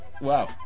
Wow